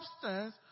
substance